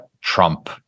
Trump